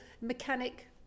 mechanic